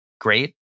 great